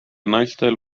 naistel